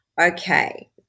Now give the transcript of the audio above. Okay